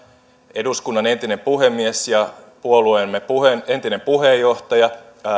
eduskunnan entinen puhemies ja puolueemme entinen puheenjohtaja